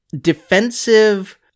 defensive